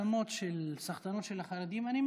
את האשמות בסחטנות של החרדים אני מכיר,